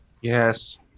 Yes